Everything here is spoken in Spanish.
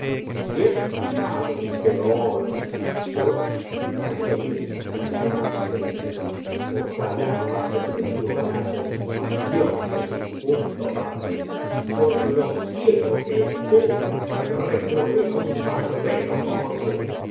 cien diñares de oro yo al oir estas palabras le dije ojalá no haya tenido alah compasión de mi difunto padre por lo ciego que estuvo al recurrir á un barbero como tú